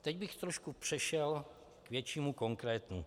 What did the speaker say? Teď bych trošku přešel k většímu konkrétnu.